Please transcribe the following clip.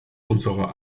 unserer